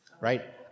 right